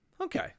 Okay